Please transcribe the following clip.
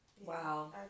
Wow